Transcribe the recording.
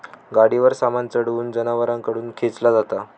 गाडीवर सामान चढवून जनावरांकडून खेंचला जाता